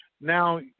Now